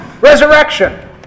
Resurrection